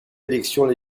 élections